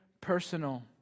personal